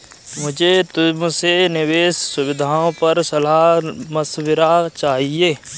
मुझे तुमसे निवेश सुविधाओं पर सलाह मशविरा चाहिए